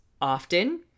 Often